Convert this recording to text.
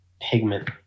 pigment